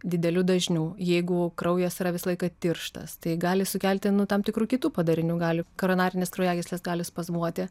dideliu dažniu jeigu kraujas yra visą laiką tirštas tai gali sukelti nu tam tikrų kitų padarinių gali koronarinės kraujagyslės gali spazmuoti